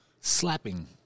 slapping